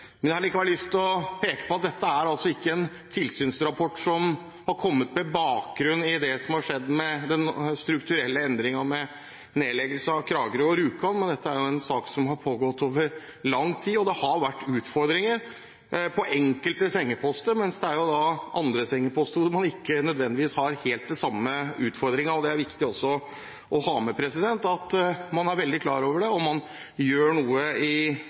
Men jeg har likevel lyst til å peke på at dette er ikke en tilsynsrapport som har kommet på bakgrunn av det som har skjedd med de strukturelle endringene og nedleggingen av Kragerø og Rjukan. Dette er en sak som har pågått over lang tid. Det har vært utfordringer på enkelte sengeposter, men det er andre sengeposter som ikke nødvendigvis har helt de samme utfordringene. Det er også viktig å ha med, at man er veldig klar over det, og at man gjør noe på Sykehuset Telemark med å rette opp i